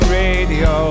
radio